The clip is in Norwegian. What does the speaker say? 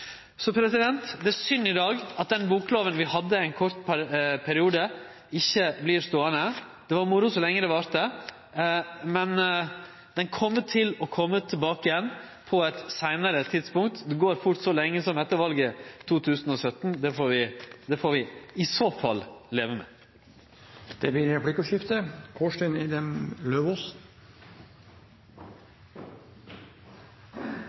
så lenge det varte, men ho kjem til å kome tilbake på eit seinare tidspunkt. Det vert fort så lenge som til etter valet i 2017. Det får vi i så fall leve med. Det blir replikkordskifte.